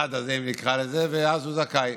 לסד הזה, ואז הוא זכאי.